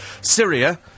Syria